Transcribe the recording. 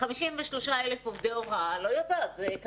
53,000 עובדי הוראה זאת שאלה.